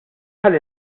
ħalli